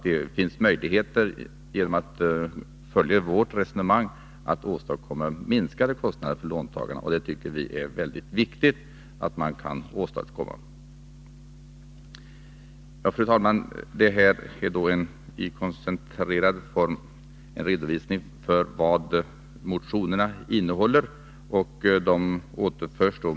Det finns möjligheter att genom att följa vårt resonemang åstadkomma minskade kostnader för låntagarna. Det tycker vi är väldigt viktigt. Fru talman! Detta var i koncentrerad form en redovisning av motionernas innehåll.